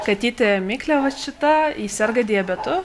katytė miklė vat šita ji serga diabetu